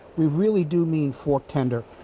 we really do mean fork tender.